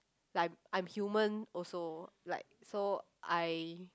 like I'm human also like so I